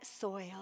soil